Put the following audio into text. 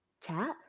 chat